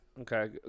Okay